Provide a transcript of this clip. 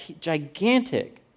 gigantic